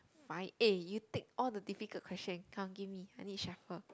fine eh you take all the difficult question come give me I need shuffle